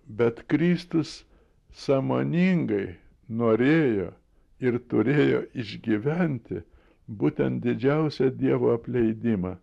bet kristus sąmoningai norėjo ir turėjo išgyventi būtent didžiausią dievo apleidimą